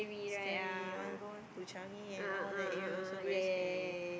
scary want go to Changi and all that area also very scary